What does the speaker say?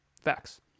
Facts